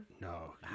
No